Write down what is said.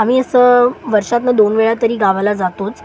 आम्ही असं वर्षातनं दोन वेळा तरी गावाला जातोच